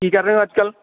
ਕੀ ਕਰ ਰਹੇ ਹੋ ਅੱਜ ਕੱਲ੍ਹ